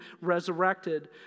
resurrected